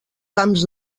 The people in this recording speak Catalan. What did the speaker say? camps